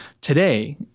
today